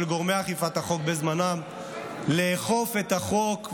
גורמי אכיפת החוק בזמנם לאכוף את החוק ולהעניש,